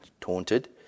taunted